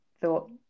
thought